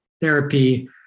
therapy